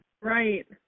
Right